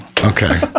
okay